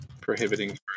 prohibiting